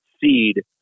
seed